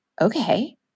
okay